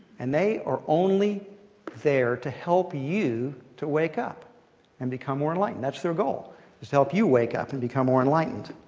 and they are only there to help you to wake up and become more enlightened. that's their goal is to help you wake up and become more enlightened.